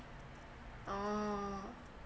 oh